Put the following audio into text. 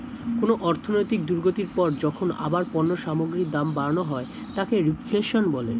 কোনো অর্থনৈতিক দুর্গতির পর যখন আবার পণ্য সামগ্রীর দাম বাড়ানো হয় তাকে রিফ্লেশন বলে